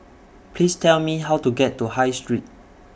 Please Tell Me How to get to High Street